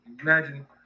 Imagine